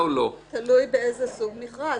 תלוי באיזה סוג של מכרז.